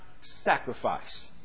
Sacrifice